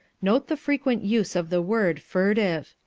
note the frequent use of the word furtive.